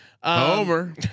Homer